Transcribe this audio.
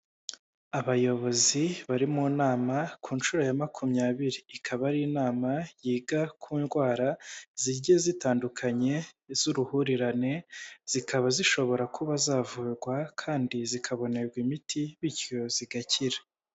Abayobozi bari mu nama ku nshuro ya makumyabiri ikaba ari inama yiga ku ndwara zigiye zitandukanye z'uruhurirane zikaba zishobora kuba zavurwa kandi zikabonerwa imiti bityo zigakira.